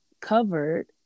covered